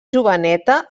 joveneta